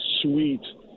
sweet